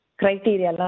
criteria